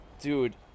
Dude